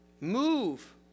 Move